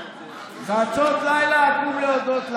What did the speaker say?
"חצות לילה אקום להודות לך"